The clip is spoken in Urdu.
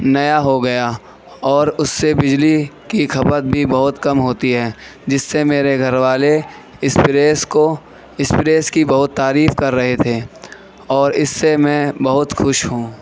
نیا ہوگیا اور اُس سے بجلی كی كھپت بھی بہت کم ہوتی ہے جس سے میرے گھر والے اِس پریس كو اِس پریس كی بہت تعریف كر رہے تھے اور اِس سے میں بہت خوش ہوں